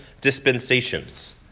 dispensations